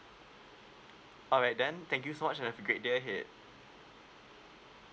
alright then thank you so much you have a great day ahead